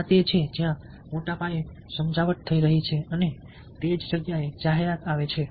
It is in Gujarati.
આ તે છે જ્યાં મોટા પાયે સમજાવટ થઈ રહી છે અને તે જ જગ્યાએ જાહેરાત આવે છે